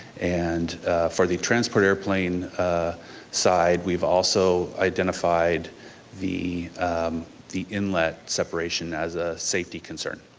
and for the transport airplane side we've also identified the the inlet separation as a safety concern.